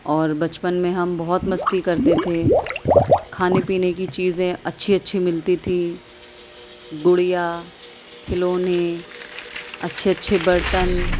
اور بچپن میں ہم بہت مستی کرتے تھے کھانے پینے کی چیزیں اچھی اچھی ملتی تھی گڑیا کھلونے اچھے اچھے برتن